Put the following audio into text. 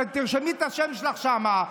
תרשמי את השם שלך שם,